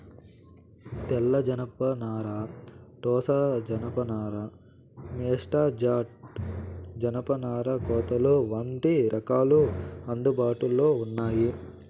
తెల్ల జనపనార, టోసా జానప నార, మేస్టా జూట్, జనపనార కోతలు వంటి రకాలు అందుబాటులో ఉన్నాయి